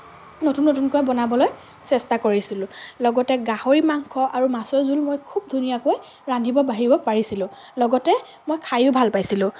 নতুন নতুনকৈ বনাবলৈ চেষ্টা কৰিছিলোঁ লগতে গাহৰি মাংস আৰু মাছৰ জোল মই খুব ধুনীয়াকৈ ৰান্ধিব বাঢ়িব পাৰিছিলোঁ লগতে মই খায়ো ভাল পাইছিলোঁ